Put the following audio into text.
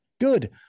good